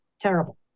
Terrible